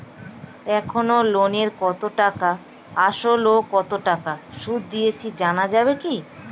এখনো লোনের কত টাকা আসল ও কত টাকা সুদ দিয়েছি জানা যাবে কি?